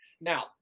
now